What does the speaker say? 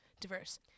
diverse